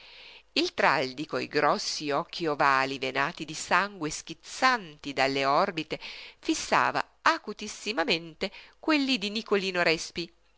il traldi coi grossi occhi ovali venati di sangue schizzanti dalle orbite fissava acutissimamente quelli di nicolino respi